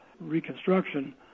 reconstruction